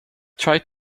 tried